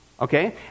Okay